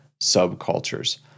subcultures